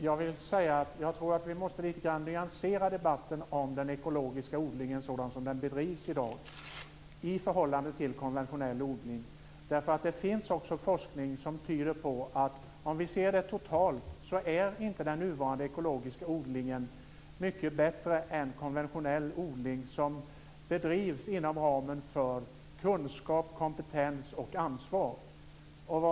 Fru talman! Jag tror att vi lite grann måste nyansera debatten om den ekologiska odlingen som den i dag bedrivs i förhållande till konventionell odling. Det finns också forskning som tyder på att totalt sett är inte den nuvarande ekologiska odlingen mycket bättre än konventionell odling som bedrivs inom ramen för kunskap, kompetens och ansvar.